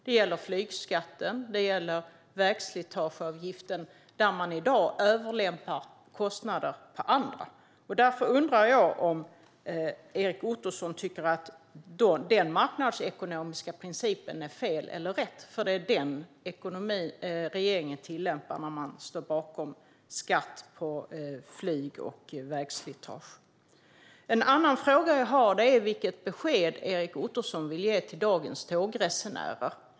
Det gäller flygskatten och vägslitageavgiften, där man i dag lämpar över kostnader på andra. Därför undrar jag om Erik Ottoson tycker att den marknadsekonomiska principen är fel eller rätt. Det är ju den som regeringen tillämpar när man står bakom skatt på flyg och vägslitage. En annan fråga jag har är: Vilket besked vill Erik Ottoson ge till dagens tågresenärer?